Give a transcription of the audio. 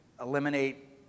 eliminate